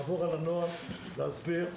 לעבור על הנוהל ולהסביר.